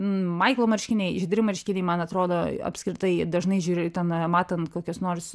maiklo marškiniai žydri marškiniai man atrodo apskritai dažnai žiūri ten matant kokias nors